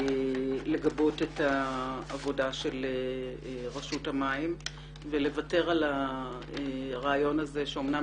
לגבות את העבודה של רשות המים ולוותר על הרעיון הזה שאמנם